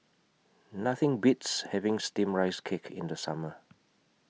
Nothing Beats having Steamed Rice Cake in The Summer